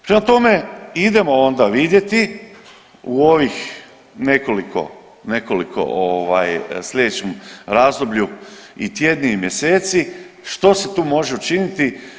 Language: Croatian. Prema tome, idemo onda vidjeti u ovih nekoliko u sljedećem razdoblju i tjedni i mjeseci što se tu može učiniti.